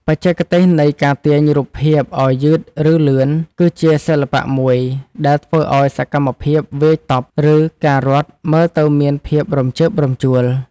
បច្ចេកទេសនៃការទាញរូបភាពឱ្យយឺតឬលឿនគឺជាសិល្បៈមួយដែលធ្វើឱ្យសកម្មភាពវាយតប់ ឬ ការរត់មើលទៅមានភាពរំជើបរំជួល។